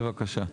בבקשה.